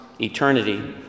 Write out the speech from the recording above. eternity